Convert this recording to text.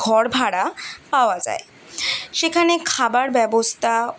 ঘর ভাড়া পাওয়া যায় সেখানে খাবার ব্যবস্থা